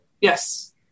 Yes